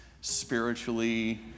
spiritually